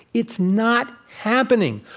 it's not happening.